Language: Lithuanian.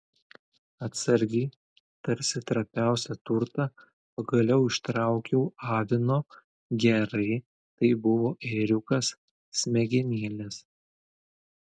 atsargiai tarsi trapiausią turtą pagaliau ištraukiau avino gerai tai buvo ėriukas smegenėles